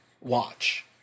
watch